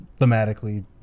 thematically